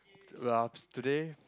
today